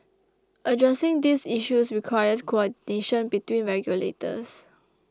addressing these issues requires coordination between regulators